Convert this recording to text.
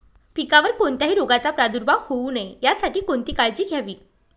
पिकावर कोणत्याही रोगाचा प्रादुर्भाव होऊ नये यासाठी कोणती काळजी घ्यावी?